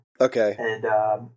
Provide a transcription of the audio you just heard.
Okay